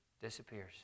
disappears